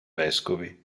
vescovi